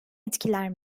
etkiler